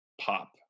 pop